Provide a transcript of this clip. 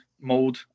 mode